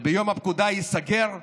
שביום הפקודה ייסגר,